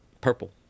purple